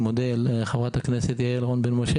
אני מודה לחברת הכנסת יעל רון בן משה